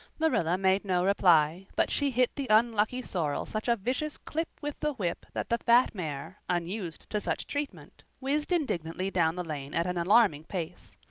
marilla made no reply, but she hit the unlucky sorrel such a vicious clip with the whip that the fat mare, unused to such treatment, whizzed indignantly down the lane at an alarming pace.